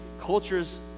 cultures